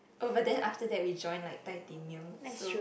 oh but then after that we join like titinium so